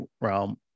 realm